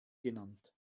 genannt